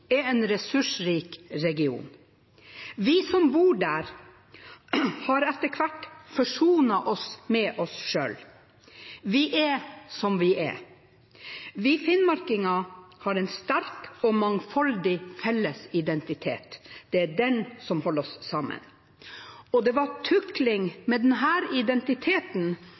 er en ressursrik region. Vi som bor der, har etter hvert forsonet oss med oss selv. Vi er som vi er. Vi finnmarkinger har en sterk og mangfoldig felles identitet. Det er den som holder oss sammen. Det var tukling med denne identiteten